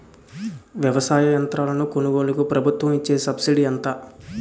వ్యవసాయ యంత్రాలను కొనుగోలుకు ప్రభుత్వం ఇచ్చే సబ్సిడీ ఎంత?